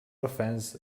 offense